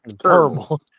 terrible